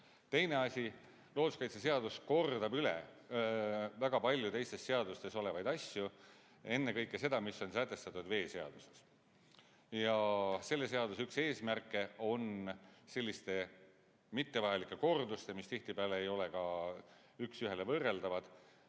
Teine asi, looduskaitseseadus kordab üle väga palju teistes seadustes olevaid asju, ennekõike seda, mis on sätestatud veeseaduses. Selle seaduseelnõu üks eesmärke on selliste mittevajalike korduste, mis tihtipeale ei ole ka üks ühele võrreldavad,